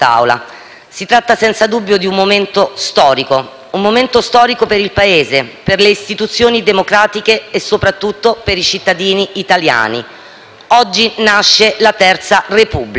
Si tratta senza dubbio di un momento storico per il Paese, per le istituzioni democratiche e soprattutto per i cittadini italiani. Oggi nasce la terza Repubblica